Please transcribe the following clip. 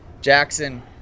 Jackson